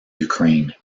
ukraine